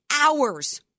hours